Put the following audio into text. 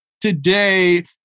today